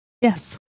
Yes